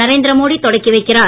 நரேந்திர மோடி தொடக்கி வைக்கிறார்